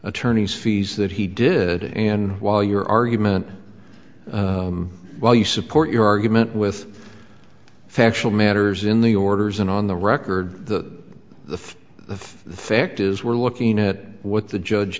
attorneys fees that he did and while your argument well you support your argument with factual matters in the orders and on the record the the the the fact is we're looking at what the judge